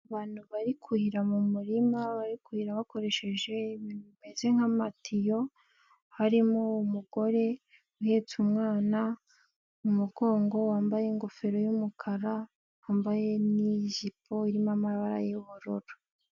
Abantu bari kuhira mu muririma bari kurira bakoresheje ibintu bimeze nk'amatiyo, harimo umugore uhetse umwana mu mugongo wambaye ingofero y'umukara, wambaye n'ijipo irimo amabara y'ubururu.